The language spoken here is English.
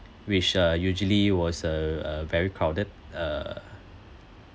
which uh usually was uh uh very crowded uh